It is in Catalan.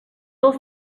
els